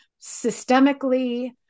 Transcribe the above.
systemically